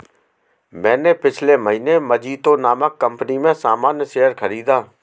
मैंने पिछले महीने मजीतो नामक कंपनी में सामान्य शेयर खरीदा